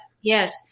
yes